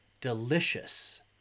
Delicious